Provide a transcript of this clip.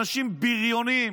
אנשים בריונים.